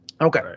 Okay